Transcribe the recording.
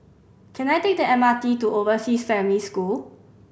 can I take the M R T to Overseas Family School